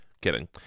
Kidding